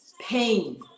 Pain